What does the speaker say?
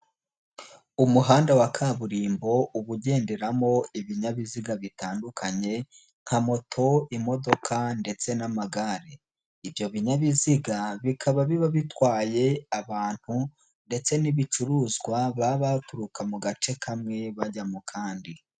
Umuhanda wa kaburimbo, uba ugenderamo ibinyabiziga bitandukanye; nka moto, imodoka ndetse n'amagare. Ibyo binyabiziga bikaba biba bitwaye abantu ndetse n'ibicuruzwa baba baturuka mu gace kamwe bajya mu kandi.